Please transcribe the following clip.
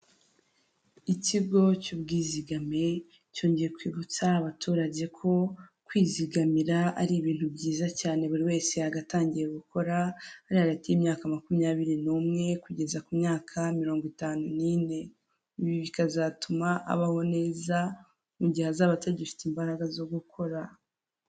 Ikigo cy'ubwizigame cyongeye kwibutsa abaturage ko kwizigamira ari ibintu byiza cyane buri wese yagatangiye gukora ari hagati y'imyaka makumyabiri n'umwe, kugeza ku myaka mirongo itanu n'ine, ibi bikazatuma abaho neza mu gihe azaba atagifite imbaraga zo gukora.